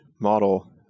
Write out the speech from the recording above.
model